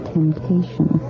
Temptation